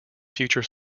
future